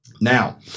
Now